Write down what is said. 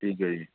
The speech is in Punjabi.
ਠੀਕ ਹੈ ਜੀ